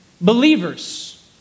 believers